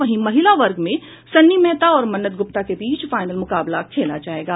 वहीं महिला वर्ग में सन्नी मेहता और मन्नत गुप्ता के बीच फाइनल मुकाबला खेला जायेगा